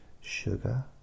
Sugar